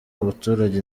abaturage